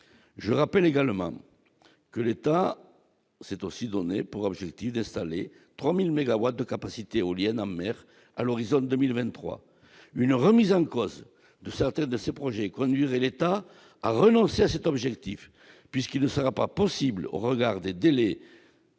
je rappelle également que l'État s'est aussi donné pour objectif d'installer 3000 mégawatts de capacité éolienne en mer à l'horizon 2023, une remise en cause de certains de ses projets conduirait l'État à renoncer à cet objectif, puisqu'il ne sera pas possible au regard des délais